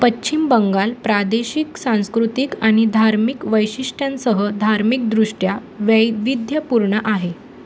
पश्चिम बंगाल प्रादेशिक सांस्कृतिक आणि धार्मिक वैशिष्ट्यांसह धार्मिकदृष्ट्या वैविध्यपूर्ण आहे